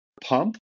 Pump